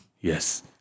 Yes